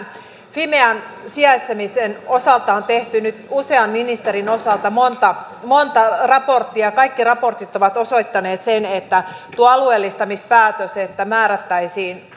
fimean sijaitsemisen osalta on tehty nyt usean ministerin osalta monta monta raporttia kaikki raportit ovat osoittaneet sen että tuo alueellistamispäätös että määrättäisiin